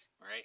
Right